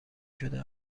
شده